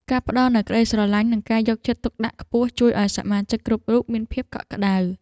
ការផ្តល់នូវក្តីស្រឡាញ់ និងការយកចិត្តទុកដាក់ខ្ពស់ជួយឱ្យសមាជិកគ្រប់រូបមានភាពកក់ក្តៅ។